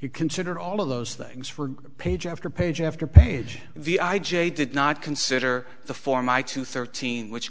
you consider all of those things for page after page after page v i j did not consider the form my two thirteen which